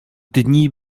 dni